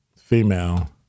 female